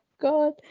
God